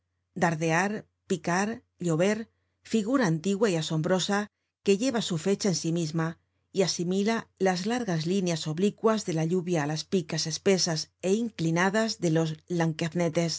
dardear picar llover figura antigua y asombrosa que lleva su fecha en sí misma y asimila las largas líneas oblicuas de la lluvia á las picas espesas é inclinadas de los